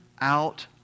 out